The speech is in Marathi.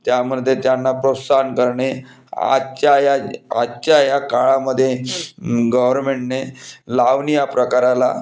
त्यामध्ये त्यांना प्रोत्साहन करणे आजच्या या आजच्या या काळामध्ये गवरमेन्टने लावणी या प्रकाराला